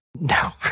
No